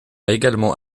également